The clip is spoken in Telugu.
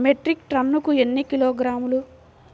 మెట్రిక్ టన్నుకు ఎన్ని కిలోగ్రాములు?